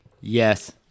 Yes